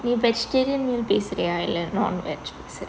நீ:nee vegetarian meal பேசுறியா இ‌ல்லை:pesuriya illae non veg பேசுறியா:pesuriya